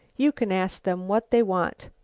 you can ask them what they want.